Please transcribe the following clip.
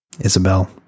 Isabel